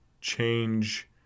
change